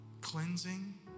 cleansing